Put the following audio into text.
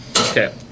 Okay